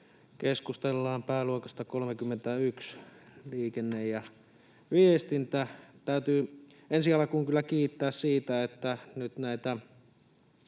keskustellaan pääluokasta 31, liikenne ja viestintä. Täytyy ensi alkuun kyllä kiittää siitä, että nyt